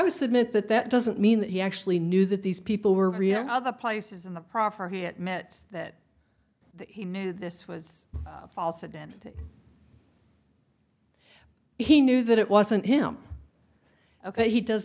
submit that that doesn't mean that he actually knew that these people were other places in the proffer he admits that he knew this was a false identity he knew that it wasn't him ok he does